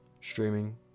streaming